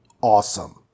awesome